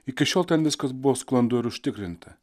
iki šiol ten viskas buvo sklandu ir užtikrinta